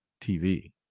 TV